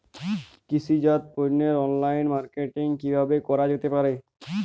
কৃষিজাত পণ্যের online marketing কিভাবে করা যেতে পারে?